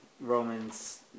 Romans